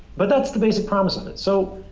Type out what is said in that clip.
but that's the basic promise of it. so,